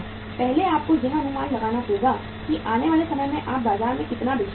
पहले आपको यह अनुमान लगाना होगा कि आने वाले समय में आप बाजार में कितना बेचने वाले हैं